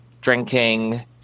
drinking